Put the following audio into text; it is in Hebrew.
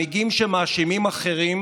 מנהיגים שמאשימים אחרים